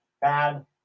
bad